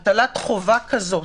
הטלת חובה כזאת,